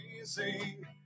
easy